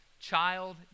child